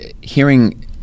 hearing